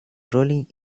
rolling